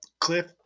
Cliff